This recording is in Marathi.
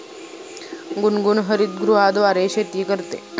गुनगुन हरितगृहाद्वारे शेती करते